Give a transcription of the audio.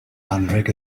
anrheg